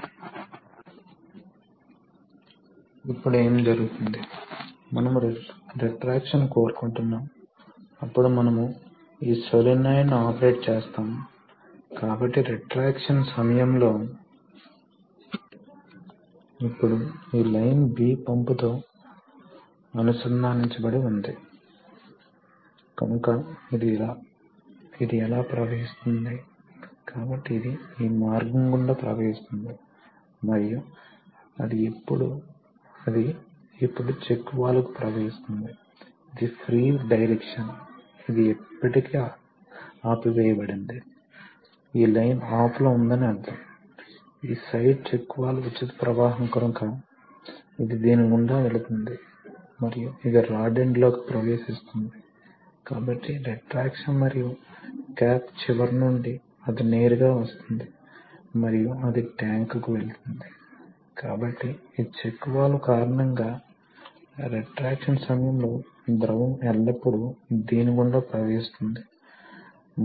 కనుక ఇది వాస్తవానికి కేసింగ్ వెంట ద్రవాన్ని తీసుకోవడానికి ప్రయత్నిస్తుంది కాబట్టి ఈ ద్రవం చాలా వరకు నెట్టబడుతోంది కాబట్టి ఇది ఒక విధమైన ద్రవాన్ని స్క్రాప్ చేసి ఇక్కడకు తీసుకువెళుతుంది మరియు ఇక్కడకు వచ్చేటప్పుడు అది కుదించుకుంటుంది మరియు అది పంపిణీ చేయబడుతుంది అదేవిధంగా ద్రవం బయటకు వెళ్లి ఇక్కడ సేకరించబడుతుంది అదేవిధంగా ఇక్కడ అది సేకరించబడుతుంది మరియు ఇక్కడ అది బయటకు వెళుతుంది కాబట్టి వాస్తవానికి ఇప్పుడు మీరు సేకరించవచ్చు మీరు నిజంగా కనెక్ట్ చేయవచ్చు ఈ అవుట్లెట్లు అన్ని కలిపి ఒకటి గా చేయవచ్చు